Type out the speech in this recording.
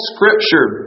Scripture